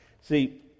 See